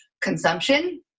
consumption